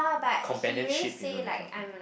companionship you know that kind of thing